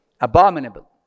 abominable